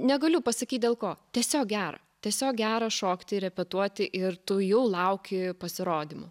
negaliu pasakyt dėl ko tiesiog gera tiesiog gera šokti repetuoti ir tu jau lauki pasirodymų